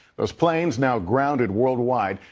those planes now grounded worldwide.